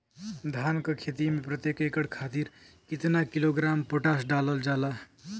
धान क खेती में प्रत्येक एकड़ खातिर कितना किलोग्राम पोटाश डालल जाला?